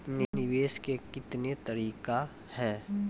निवेश के कितने तरीका हैं?